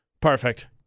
perfect